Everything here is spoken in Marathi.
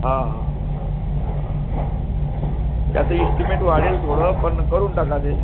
हां हां त्याचं एस्टीमेट वाढेल थोडं पण करून टाका ते